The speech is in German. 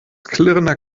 klirrender